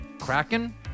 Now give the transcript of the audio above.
Kraken